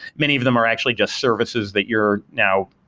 many of them are actually just services that you're now